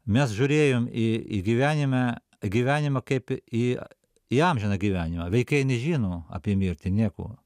mes žiūrėjom į į gyvenimę gyvenimą kaip į į amžiną gyvenimą vaikai nežino apie mirtį nieko